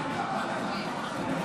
לקריאה השנייה והשלישית.